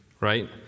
right